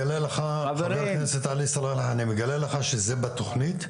חבר הכנסת עלי סלאלחה, אני מגלה לך שזה בתוכנית.